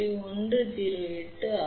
108 ஆகும்